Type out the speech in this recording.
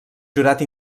jurat